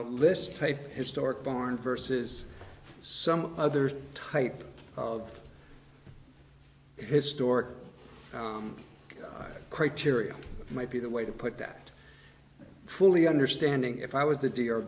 a list type historic barn versus some other type of historic criteria might be the way to put that fully understanding if i was the d